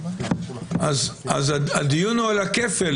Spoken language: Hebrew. אז הדיון הוא על הכפל,